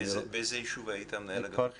באיזה יישוב היית מנהל אגף חינוך?